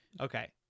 Okay